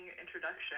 introduction